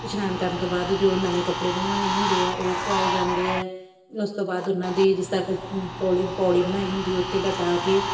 ਇਸ਼ਨਾਨ ਕਰਨ ਤੋਂ ਬਾਅਦ ਜੋ ਨਵੇਂ ਕੱਪੜੇ ਬਣਵਾਏ ਹੁੰਦੇ ਆ ਉਹ ਪਵਾਏ ਜਾਂਦੇ ਆ ਉਸ ਤੋਂ ਬਾਅਦ ਉਹਨਾਂ ਦੀ ਜਿਸ ਤੱਕ ਪੌੜੀ ਪੌੜੀ ਬਣਾਈ ਹੁੰਦੀ ਉਹ 'ਤੇ ਲਿਟਾ ਕੇ